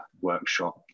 workshop